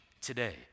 today